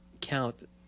count